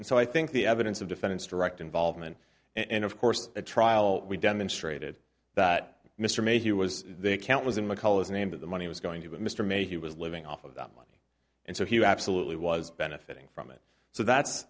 and so i think the evidence of defendants direct involvement and of course a trial we demonstrated that mr mayhew was the account was in mccullough's name for the money was going to mr may he was living off of that money and so he absolutely was benefiting from it so that